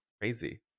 Crazy